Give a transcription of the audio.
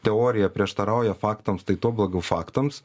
teorija prieštarauja faktams tai tuo blogiau faktams